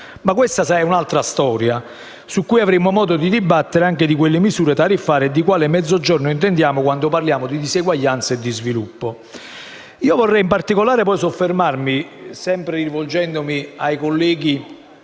Ma questa è un'altra storia, a proposito della quale avremo modo di dibattere anche di misure tariffarie e di quale Mezzogiorno intendiamo quando parliamo di diseguaglianze e di sviluppo. Qui, vorrei in particolare soffermarmi, sempre rivolgendomi ai colleghi